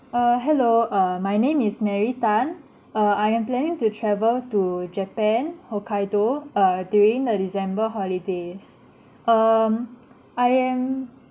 uh hello uh my name is mary tan uh I am planning to travel to japan hokkaido uh during the december holidays um I am